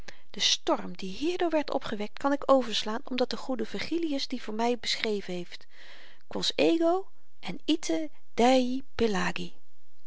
den storm die hierdoor werd opgewekt kan ik overslaan omdat de goede virgilius dien voor my beschreven heeft quos ego en